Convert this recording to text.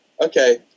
okay